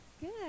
Good